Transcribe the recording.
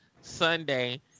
sunday